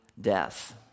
death